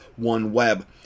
OneWeb